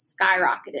skyrocketed